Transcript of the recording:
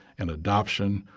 an adoption,